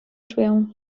czują